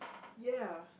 ya